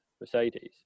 Mercedes